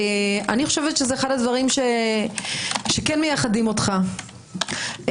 אני חושבת שזה אחד הדברים שכן מייחדים אותך כיו"ר.